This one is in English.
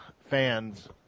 fans